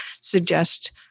suggest